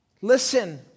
Listen